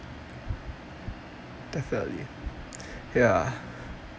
definitely ya